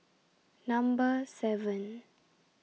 Number seven